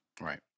Right